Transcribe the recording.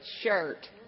shirt